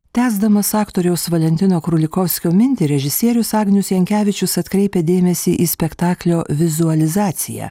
tęsdamas aktoriaus valentino krulikovskio mintį režisierius agnius jankevičius atkreipia dėmesį į spektaklio vizualizaciją